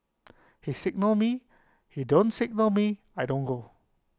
he signal me he don't signal me I don't go